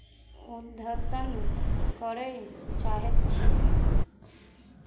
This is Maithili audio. अद्यतन करय चाहैत छी